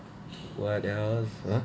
what else uh